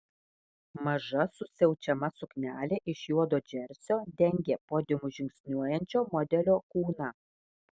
maža susiaučiama suknelė iš juodo džersio dengė podiumu žingsniuojančio modelio kūną